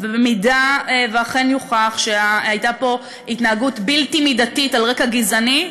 ובמידה שאכן יוכח שהייתה פה התנהגות בלתי מידתית על רקע גזעני,